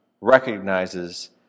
recognizes